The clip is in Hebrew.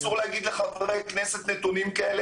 אסור להגיד לחברי כנסת נתונים כאלה,